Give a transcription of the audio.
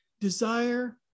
desire